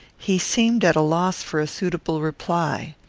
he seemed at a loss for a suitable reply.